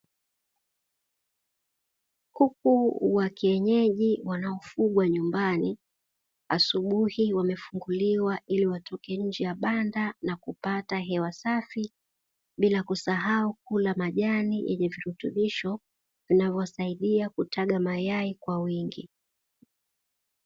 Kuku wa kienyeji wanaofugwa nyumbani, asubuhi wamefunguliwa ili waweze kutoka nje ya banda na kupata hewa safi bila kusahau kula majani yenye virutubisho vinavyowasaidia kutaga mayai kwa wingi.